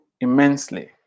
immensely